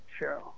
Cheryl